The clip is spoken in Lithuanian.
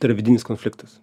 tai yra vidinis konfliktas